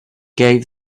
gave